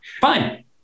Fine